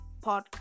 podcast